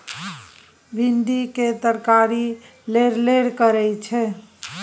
भिंडी केर तरकारी लेरलेर करय छै